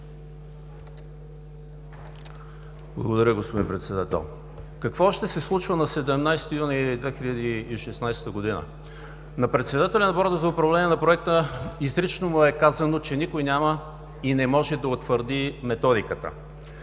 Благодаря, господин Председател. Какво още се случва на 17 юни 2016 г.? На председателя на Борда за управление на Проекта изрично му е казано, че никой няма и не може да утвърди Методиката.